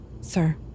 Sir